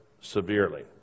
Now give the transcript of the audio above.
severely